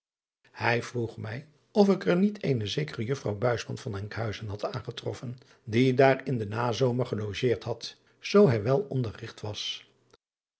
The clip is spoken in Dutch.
ij vroeg mij of ik er niet eene zekere uffrouw van nkhuizen had aangetroffen die daar in den nazomer gelogeerd had zoo hij wel onderrigt was